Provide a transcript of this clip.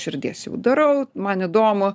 širdies jau darau man įdomu